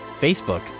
Facebook